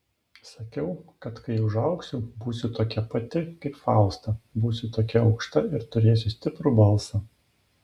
sakiau kad kai užaugsiu būsiu tokia pati kaip fausta būsiu tokia aukšta ir turėsiu stiprų balsą